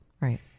right